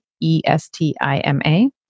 E-S-T-I-M-A